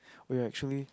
we are actually